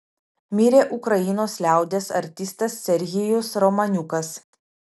mirė ukrainos liaudies artistas serhijus romaniukas